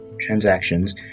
transactions